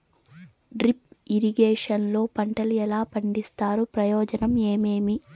Drip irrigation లో పంటలు ఎలా పండిస్తారు ప్రయోజనం ఏమేమి?